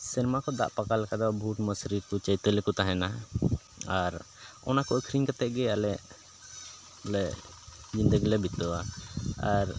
ᱥᱮᱨᱢᱟ ᱠᱷᱚᱱ ᱫᱟᱜ ᱯᱟᱠᱟᱣ ᱞᱮᱠᱷᱟᱱ ᱫᱚ ᱵᱩᱴ ᱢᱟᱹᱥᱨᱤ ᱠᱚ ᱪᱟᱹᱭᱛᱟᱹᱞᱤ ᱠᱚ ᱛᱟᱦᱮᱱᱟ ᱟᱨ ᱚᱱᱟ ᱠᱚ ᱟᱹᱠᱷᱨᱤᱧ ᱠᱟᱛᱮᱫ ᱜᱮ ᱟᱞᱮ ᱞᱮ ᱡᱤᱭᱚᱱ ᱞᱮ ᱵᱤᱛᱟᱹᱣᱟ ᱟᱨ